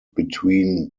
between